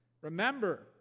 Remember